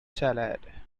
salad